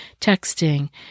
texting